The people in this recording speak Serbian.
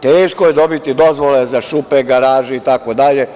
Teško je dobiti dozvole za šupe, garaže itd.